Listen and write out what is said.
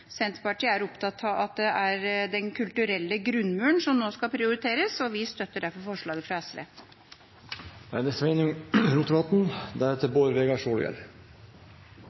Senterpartiet er opptatt av at det er den kulturelle grunnmuren som nå skal prioriteres, og vi støtter derfor forslaget fra SV. Det er